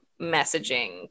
messaging